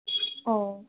ও